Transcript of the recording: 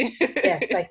Yes